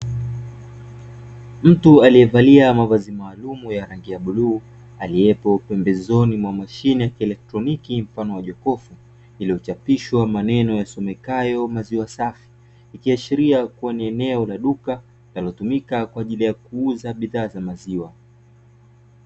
Mtu aliyevalia mavazi maalumu ya rangi ya bluu aliyepo pembezoni mwa mashine ya kielektroniki mfano wa jokofu iliyochapishwa maneno yasomekayo maziwa safi, ikiashiria kuwa ni eneo la duka linalotumika kwa ajili ya kuuza bidhaa za maziwa.